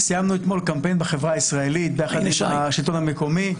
סיימנו אתמול קמפיין בחברה הישראלית יחד עם השלטון המקומי,